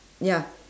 ya